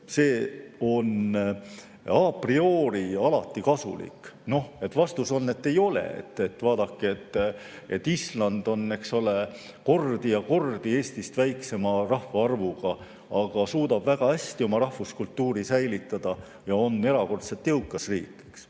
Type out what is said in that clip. ona priorialati kasulik. Vastus on, et ei ole. Vaadake, Island on, eks ole, kordi ja kordi Eestist väiksema rahvaarvuga, aga suudab väga hästi oma rahvuskultuuri säilitada ja on erakordselt jõukas riik. Ka